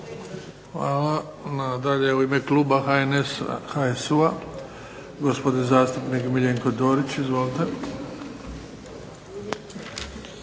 Hvala. Dalje u ime kluba HHS-a, HSU-a gospodin zastupnik Miljenko Dorić. Izvolite.